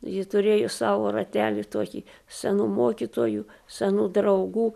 ji turėjo savo ratelį tokį senų mokytojų senų draugų